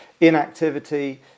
inactivity